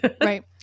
Right